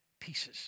pieces